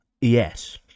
yes